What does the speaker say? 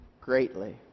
greatly